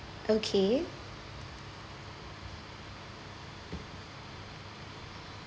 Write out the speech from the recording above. okay